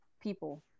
people